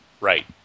right